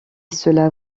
cela